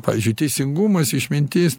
pavyzdžiui teisingumas išmintis